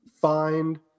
find